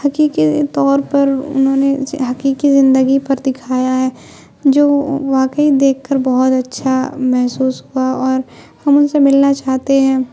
حقیقی طور پر انہوں نے حقیقی زندگی پر دکھایا ہے جو واقعی دیکھ کر بہت اچھا محسوس ہوا اور ہم ان سے ملنا چاہتے ہیں